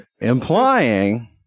implying